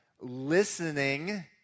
listening